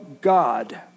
God